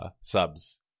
subs